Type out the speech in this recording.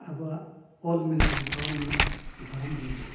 ᱟᱵᱚᱣᱟᱜ ᱚᱞ ᱢᱮᱱᱟᱜᱼᱟ ᱨᱚᱲ ᱢᱮᱱᱟᱜᱼᱟ ᱫᱷᱚᱨᱚᱢ ᱦᱚᱸ ᱢᱮᱱᱟᱜᱼᱟ